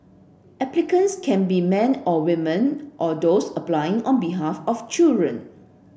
applicants can be men or women or doors applying on behalf of children